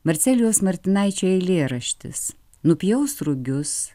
marcelijaus martinaičio eilėraštis nupjaus rugius